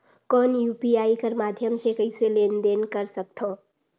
कौन यू.पी.आई कर माध्यम से कइसे लेन देन कर सकथव?